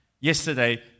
yesterday